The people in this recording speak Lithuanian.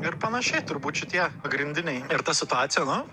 ir panašiai turbūt šitie pagrindiniai ir ta situacija nu